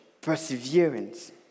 perseverance